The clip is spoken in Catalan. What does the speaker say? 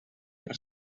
per